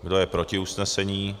Kdo je proti usnesení?